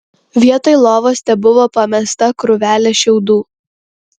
vietoj lovos tebuvo pamesta krūvelė šiaudų